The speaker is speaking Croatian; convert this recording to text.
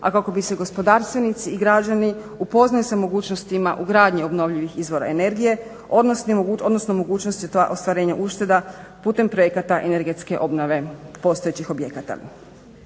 a kako bi se gospodarstvenici i građani upoznali sa mogućnostima ugradnje obnovljivih izvora energije, odnosno mogućnosti ostvarenja ušteda putem projekata energetske obnove postojećih objekata.